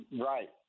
Right